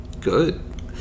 good